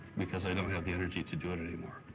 because i don't have the energy to do it anymore.